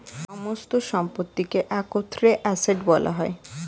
সমস্ত সম্পত্তিকে একত্রে অ্যাসেট্ বলা হয়